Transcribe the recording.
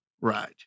Right